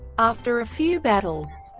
after a few battles,